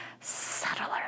subtler